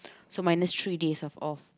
so minus three days of off